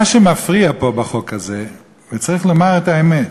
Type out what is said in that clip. מה שמפריע פה בחוק הזה, וצריך לומר את האמת,